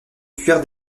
cuir